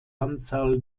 anzahl